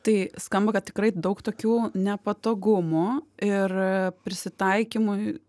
tai skamba kad tikrai daug tokių nepatogumų ir prisitaikymui